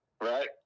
Right